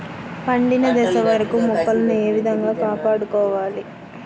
పండిన దశ వరకు మొక్కలను ఏ విధంగా కాపాడుకోవాలి?